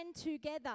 together